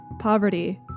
Poverty